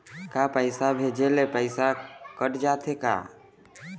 का पैसा भेजे ले पैसा कट जाथे का?